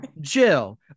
Jill